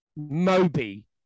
Moby